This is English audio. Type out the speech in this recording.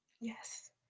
Yes